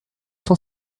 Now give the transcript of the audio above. cent